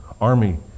army